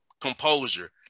composure